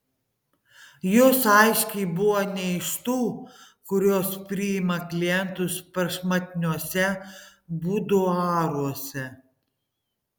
jos aiškiai buvo ne iš tų kurios priima klientus prašmatniuose buduaruose